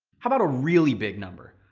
how about a really big number?